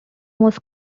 was